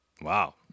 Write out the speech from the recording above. Wow